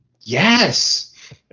Yes